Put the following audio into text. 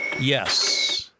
Yes